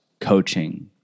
coaching